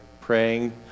praying